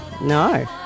No